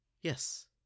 Yes